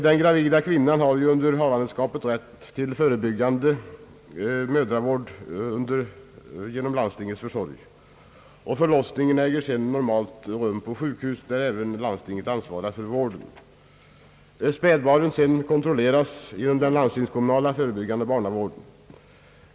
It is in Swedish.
Den gravida kvinnan har under havandeskapstiden rätt till förebyggande mödravård genom landstingets försorg, och förlossningen äger normalt rum på sjukhus, där även landstinget är ansvarigt för vården. Spädbarnen kontrolleras under den landstingskommunala förebyggande barnavården.